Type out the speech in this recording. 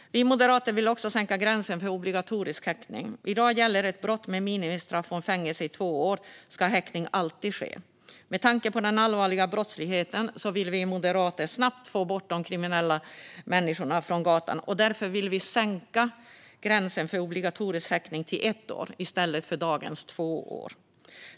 Vi moderater vill också sänka gränsen för obligatorisk häktning. I dag gäller att för brott med minimistraff om fängelse i två år ska häktning alltid ske. Med tanke på den allvarliga brottsligheten vill vi moderater snabbt få bort de kriminella från gatan, och därför vill vi sänka gränsen för obligatorisk häktning till ett år i stället för dagens två år.